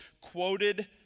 quoted